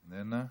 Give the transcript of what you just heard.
איננה,